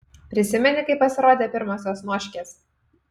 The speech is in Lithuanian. prisimeni kai pasirodė pirmosios noškės